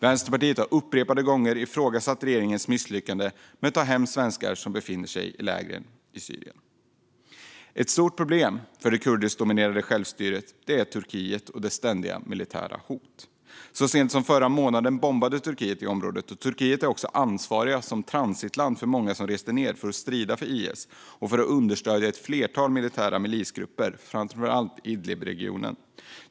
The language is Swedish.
Vänsterpartiet har upprepade gånger ifrågasatt regeringens misslyckande med att ta hem svenskar som befinner sig i lägren i Syrien. Ett stort problem för det kurdiskdominerade självstyret är det ständiga militära hotet från Turkiet. Så sent som förra månaden bombade Turkiet i området. Turkiet är också ansvarigt transitland för många som reste ned för att strida för IS. Turkiet understöder också ett flertal militära milisgrupper, framför allt i Idlibregionen.